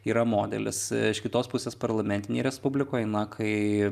yra modelis iš kitos pusės parlamentinėj respublikoj kai